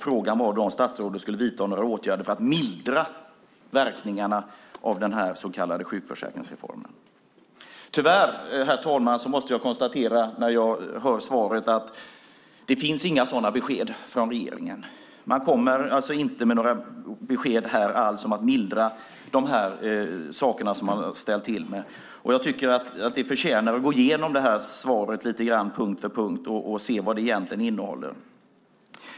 Frågan var då om statsrådet skulle vidta några åtgärder för att mildra verkningarna av den här så kallade sjukförsäkringsreformen. Tyvärr, herr talman, måste jag konstatera, när jag hör svaret, att det inte finns några sådana besked från regeringen. Man kommer inte med några besked alls om att mildra de saker som man har ställt till med. Jag tycker att svaret förtjänar att gås igenom lite grann punkt för punkt, så att man kan se vad det egentligen innehåller.